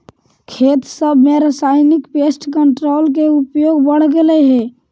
खेत सब में रासायनिक पेस्ट कंट्रोल के उपयोग बढ़ गेलई हे